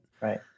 Right